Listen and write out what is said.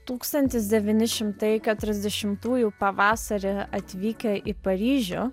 tūkstantis devyni šimtai keturiasdešimtųjų pavasarį atvykę į paryžių